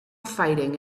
fighting